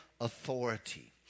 authority